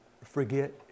forget